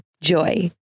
JOY